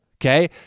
Okay